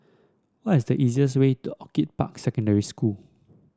what is the easiest way to Orchid Park Secondary School